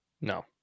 No